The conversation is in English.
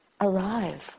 arrive